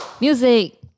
Music